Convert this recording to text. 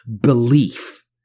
belief